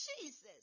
Jesus